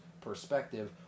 Perspective